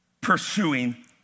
pursuing